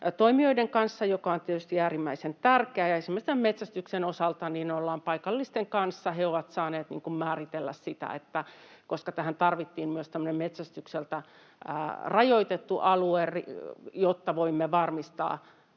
toimijoiden kanssa, mikä on tietysti äärimmäisen tärkeää, esimerkiksi metsästyksen osalta paikallisten kanssa. Koska tähän tarvittiin myös tämmöinen metsästykseltä rajoitettu alue, jotta voimme varmistaa